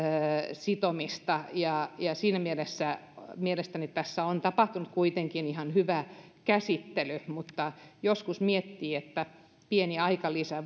sitomista ja ja siinä mielessä mielestäni tässä on tapahtunut kuitenkin ihan hyvä käsittely mutta joskus miettii että pieni aikalisä